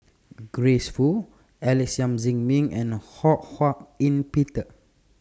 Grace Fu Alex Yam Ziming and Ho Hak Ean Peter